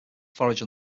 forage